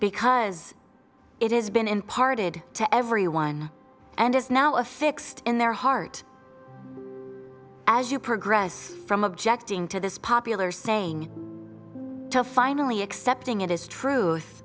because it has been imparted to everyone and is now a fixed in their heart as you progress from objecting to this popular saying finally accepting it as truth